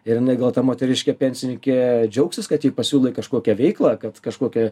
ir jinai gal ta moteriškė pensininkė džiaugsis kad jai pasiūlai kažkokią veiklą kad kažkokią